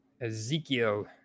Ezekiel